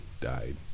died